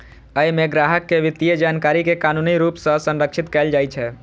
अय मे ग्राहक के वित्तीय जानकारी कें कानूनी रूप सं संरक्षित कैल जाइ छै